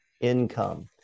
income